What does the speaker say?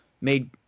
made